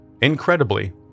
Incredibly